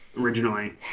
originally